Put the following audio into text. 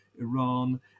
Iran